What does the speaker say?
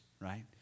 right